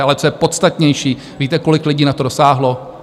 Ale co je podstatnější víte, kolik lidí na to dosáhlo?